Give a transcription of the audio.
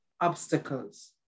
obstacles